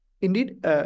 Indeed